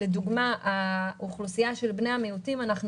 לדוגמה באוכלוסייה של בני המיעוטים אנחנו